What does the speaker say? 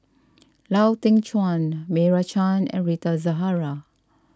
Lau Teng Chuan Meira Chand and Rita Zahara